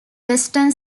western